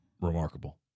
remarkable